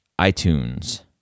iTunes